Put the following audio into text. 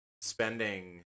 spending